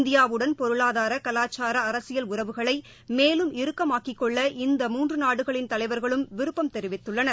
இந்தியாவுடள் பொருளாதார கலாச்சார அரசியல் உறவுகளை மேலும் இறுக்கமாக்கிக்கொள்ள இந்த மூன்று நாடுகளின் தலைவர்களும் விருப்பம் தெரிவித்துள்ளார்கள்